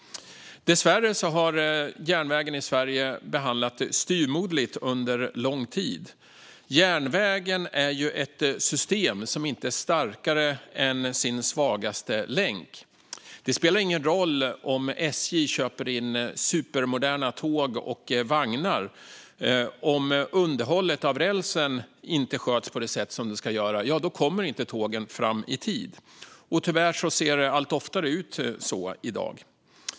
Dessvärre har järnvägen i Sverige behandlats styvmoderligt under lång tid. Järnvägen är ju ett system som inte är starkare än sin svagaste länk, och det spelar ingen roll om SJ köper in supermoderna tåg och vagnar - om underhållet av rälsen inte sköts kommer tågen inte fram i tid. Tyvärr ser det allt oftare ut så i dag.